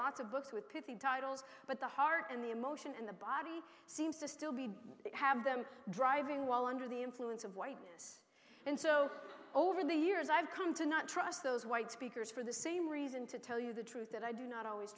lots of books with pithy titles but the heart and the emotion and the body seems to still be have them driving while under the influence of whiteness and so over the years i've come to not trust those white speakers for the same reason to tell you the truth that i do not always